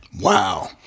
Wow